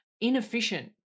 inefficient